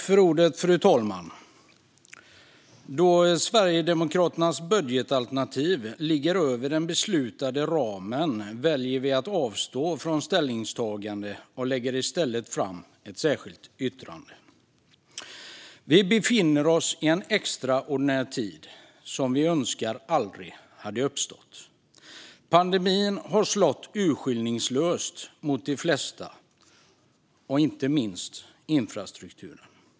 Fru talman! Då Sverigedemokraternas budgetalternativ ligger över den beslutade ramen väljer vi att avstå från ställningstagande och i stället lägga fram ett särskilt yttrande. Vi befinner oss i en extraordinär tid som vi önskar aldrig hade uppstått. Pandemin har slagit urskillningslöst mot de flesta och inte minst mot infrastrukturen.